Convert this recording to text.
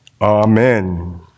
Amen